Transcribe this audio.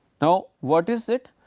now, what is it?